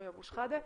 סמי אבו שחאדה.